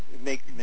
make